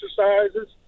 exercises